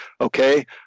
okay